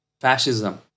fascism